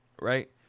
right